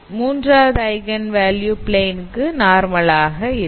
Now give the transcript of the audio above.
மூன்றாவது eigen value plane கு நார்மலாக இருக்கும்